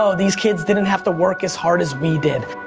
ah these kids didn't have to work as hard as we did.